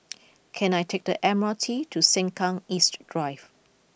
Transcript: can I take the M R T to Sengkang East Drive